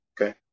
Okay